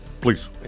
please